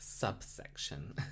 subsection